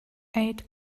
aid